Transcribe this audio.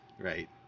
Right